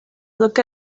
look